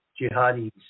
jihadis